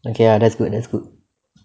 okay ah that's good that's good